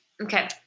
okay